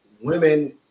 women